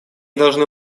должны